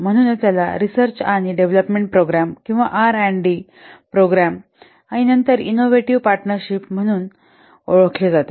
म्हणूनच याला रिसर्च आणि डेव्हलपमेंट प्रोग्राम किंवा आर अँड डी प्रोग्राम आणि नंतर इनोवेटिव्ह पार्टनर शिप म्हणून ओळखले जाते